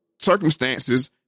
circumstances